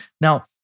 now